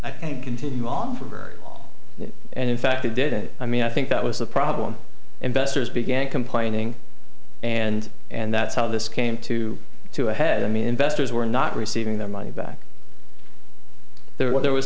think continue on for a very long and in fact they did it i mean i think that was the problem investors began complaining and and that's how this came to to a head i mean investors were not receiving their money back there were there was